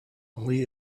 only